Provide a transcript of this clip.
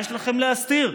מה יש לכם להסתיר?